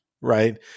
right